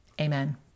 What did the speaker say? amen